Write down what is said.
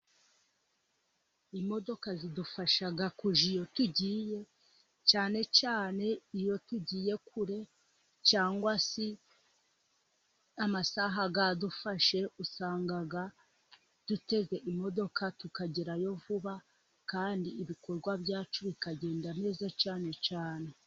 Imodoka zidufasha kujya iyo tugiye, cyane cyane iyo tugiye kure cyangwa se amasaha yadufashe, usanga dutega imodoka tukagerayo vuba, kandi ibikorwa byacu bikagenda neza cyane cyane.